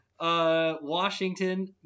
Washington